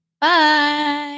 bye